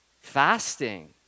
Fasting